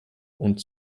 und